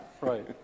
Right